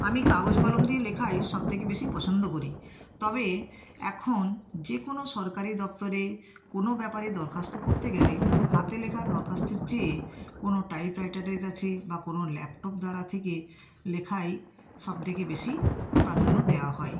আমি কাগজ কলম দিয়ে লেখাই সব থেকে বেশি পছন্দ করি তবে এখন যে কোনো সরকারি দপ্তরে কোনো ব্যাপারে দরখাস্ত করতে গেলে হাতে লেখা দরখাস্তের চেয়ে কোনো টাইপ রাইটারের কাছে বা কোনো ল্যাপটপ দ্বারা থেকে লেখাই সব থেকে বেশি প্রাধান্য দেওয়া হয়